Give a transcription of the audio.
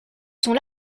sont